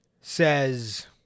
says